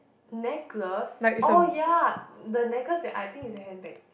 necklace oh ya the necklace that I think is a handbag